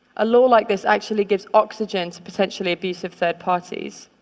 a law like this actually gives oxygen to potentially abusive third parties.